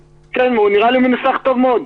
כן, הוא נראה לי מנוסח טוב מאוד.